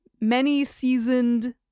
many-seasoned